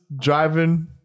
driving